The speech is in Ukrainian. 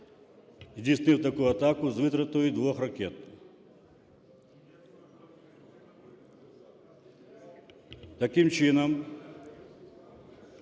здійснив таку атаку з витратою двох ракет. Таким чином,